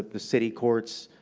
the city courts